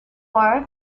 war